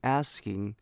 asking